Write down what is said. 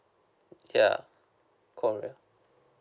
ya korea